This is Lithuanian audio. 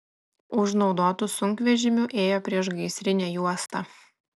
už naudotų sunkvežimių ėjo priešgaisrinė juosta